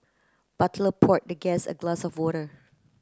butler poured the guest a glass of water